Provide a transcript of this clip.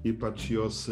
ypač jos